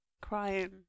crying